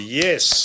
yes